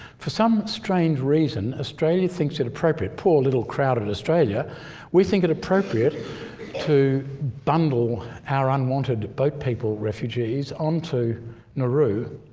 for some strange reason australia thinks it appropriate poor little crowded australia we think it appropriate to bundle our unwanted boat people, refugees, onto nauru.